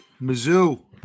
Mizzou